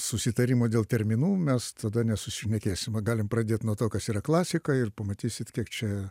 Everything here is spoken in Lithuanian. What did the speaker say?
susitarimo dėl terminų mes tada nesusišnekėsim va galim pradėt nuo to kas yra klasika ir pamatysit kiek čia